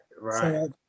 right